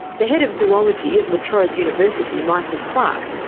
the head of zoology at la trobe university, michael clarke,